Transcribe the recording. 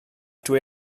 dwi